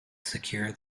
secure